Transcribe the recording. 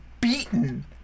beaten